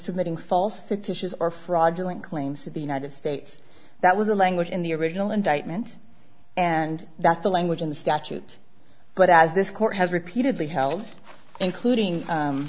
submitting false fictitious or fraudulent claims to the united states that was the language in the original indictment and that's the language in the statute but as this court has repeatedly held including